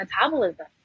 metabolism